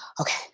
okay